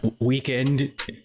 weekend